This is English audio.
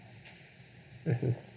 mmhmm